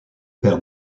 père